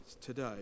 today